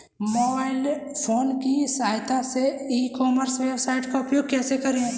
Mobile phone की सहायता से ई कॉमर्स वेबसाइट का उपयोग कैसे करें?